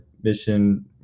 mission